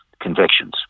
convictions